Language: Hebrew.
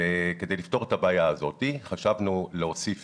כדי לפתור את הבעיה הזאת חשבנו להוסיף